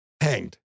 hanged